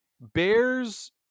bears